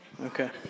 Okay